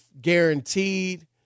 guaranteed